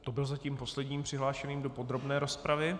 To byl zatím poslední přihlášený do podrobné rozpravy.